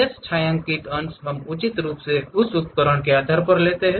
शेष छायांकित अंश हम उचित रूप से उस उपकरण के आधार पर लेते हैं